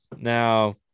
Now